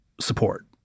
support